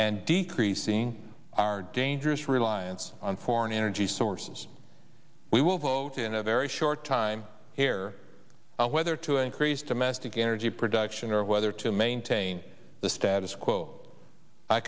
and decreasing our dangerous reliance on foreign energy sources we will vote in a very short time here whether to increase domestic energy production or whether to maintain the status quo i